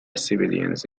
civilians